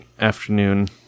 afternoon